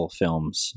films